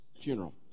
funeral